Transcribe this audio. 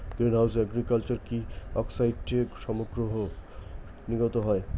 green house agriculture কিছু অক্সাইডসমূহ নির্গত হয়